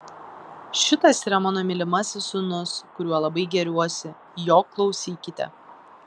šitas yra mano mylimasis sūnus kuriuo labai gėriuosi jo klausykite